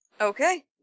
Okay